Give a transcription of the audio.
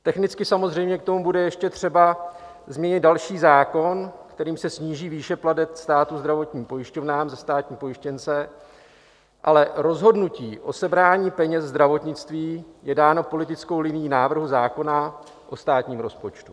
Technicky samozřejmě k tomu bude ještě třeba změnit další zákon, kterým se sníží výše plateb státu zdravotním pojišťovnám za státní pojištěnce, ale rozhodnutí o sebrání peněz zdravotnictví je dáno politickou linií návrhu zákona o státním rozpočtu.